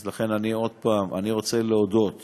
אני רוצה להודות